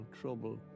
trouble